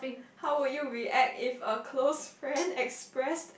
how would you react if a close friend expressed